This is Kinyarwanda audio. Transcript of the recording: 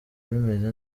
bimeze